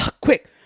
Quick